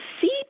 see